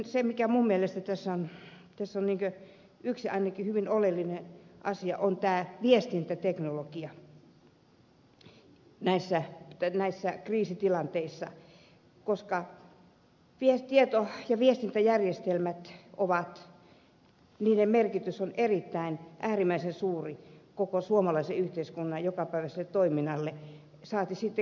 se mikä minun mielestäni tässä ainakin on hyvin oleellinen asia on tämä viestintäteknologia kriisitilanteissa koska tieto ja viestintäjärjestelmien merkitys on äärimmäisen suuri koko suomalaisen yhteiskunnan jokapäiväiselle toiminnalle saati sitten kriisitilanteissa